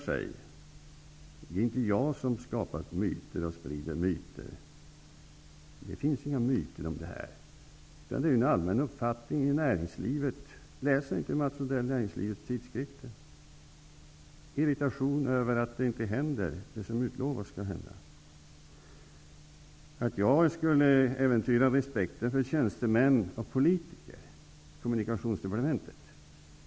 Jag har inte skapat och spritt några myter om det här. Det finns inga sådana myter. Läser Mats Odell inte näringslivets tidskrifter? Det är en allmän irritation i näringslivet över att det som utlovas inte inträffar. Det vare mig fjärran att äventyra respekten för politiker och tjänstemän inom kommunikationsdepartementet.